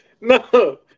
No